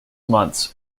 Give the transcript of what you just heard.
months